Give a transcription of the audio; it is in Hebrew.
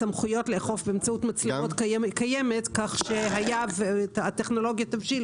הסמכויות לאכוף באמצעות מצלמות קיימת כך שאם הטכנולוגיה תבשיל,